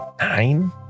nine